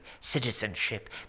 citizenship